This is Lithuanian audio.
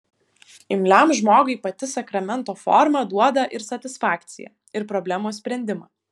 imliam žmogui pati sakramento forma duoda ir satisfakciją ir problemos sprendimą